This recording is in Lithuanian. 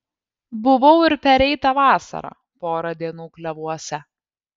buvau ir pereitą vasarą porą dienų klevuose